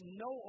no